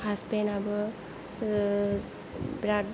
हासबेन्डाबो बिराद